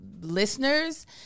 listeners